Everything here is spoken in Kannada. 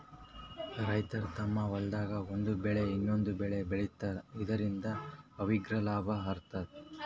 ರೈತರ್ ತಮ್ಮ್ ಹೊಲ್ದಾಗ್ ಒಂದ್ ಬೆಳಿ ಇನ್ನೊಂದ್ ಬೆಳಿ ಬೆಳಿತಾರ್ ಇದರಿಂದ ಅವ್ರಿಗ್ ಲಾಭ ಆತದ್